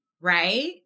right